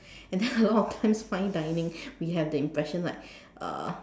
and a lot of times fine dining we have the impression like uh